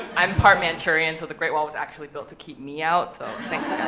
i'm part manchurian, so the great wall was actually built to keep me out, so thanks